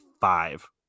five